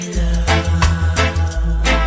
love